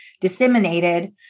disseminated